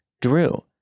Drew